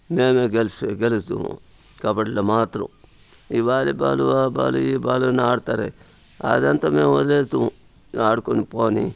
మేమే గెలిసే గెలిస్తుము కబడిలో మాత్రము ఈ వాలీబాలు ఆ బాలు ఈ బాలు అని ఆడతారే అదంతా మేము వదిలేస్తుము ఆడుకొని పోనీ